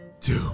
two